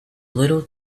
little